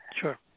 Sure